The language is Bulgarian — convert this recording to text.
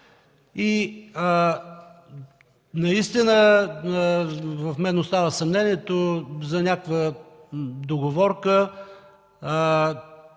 Наистина в мен остава съмнението за някаква договорка.